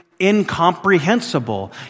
incomprehensible